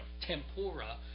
tempura